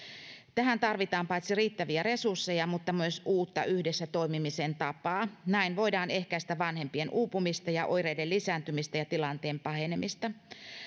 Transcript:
tähän tarvitaan paitsi riittäviä resursseja myös uutta yhdessä toimimisen tapaa näin voidaan ehkäistä vanhempien uupumista ja oireiden lisääntymistä ja tilanteen pahenemista